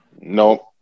Nope